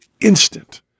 instant